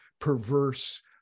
perverse